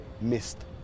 missed